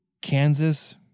Kansas